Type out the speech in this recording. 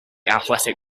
athletic